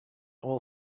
all